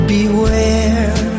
Beware